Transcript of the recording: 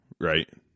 right